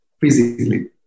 physically